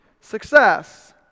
success